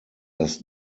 das